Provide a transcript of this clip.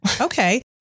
Okay